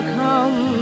come